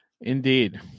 Indeed